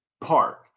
park